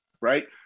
Right